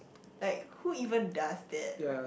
like who even does that